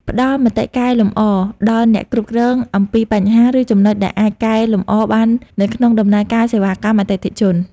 ផ្ដល់មតិកែលម្អដល់អ្នកគ្រប់គ្រងអំពីបញ្ហា ឬចំណុចដែលអាចកែលម្អបាននៅក្នុងដំណើរការសេវាកម្មអតិថិជន។